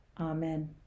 Amen